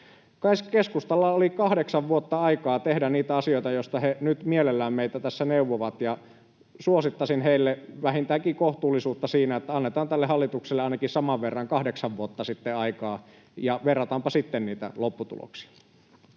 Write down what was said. Keskustalla oli kahdeksan vuotta aikaa tehdä niitä asioita, joista he nyt mielellään meitä tässä neuvovat, ja suosittaisin heille vähintäänkin kohtuullisuutta niin että annetaan tälle hallitukselle ainakin saman verran aikaa, kahdeksan vuotta, ja verrataanpa sitten niitä lopputuloksia.